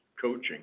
coaching